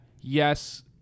yes